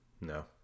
No